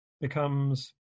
becomes